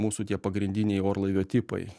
mūsų tie pagrindiniai orlaivio tipai